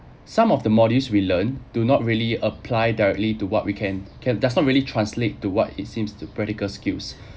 some of the modules we learn do not really apply directly to what we can can just not really translate to what it seems to practical skills